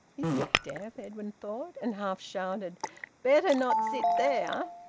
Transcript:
is he deaf? edwin thought, and half shouted better not sit there.